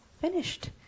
finished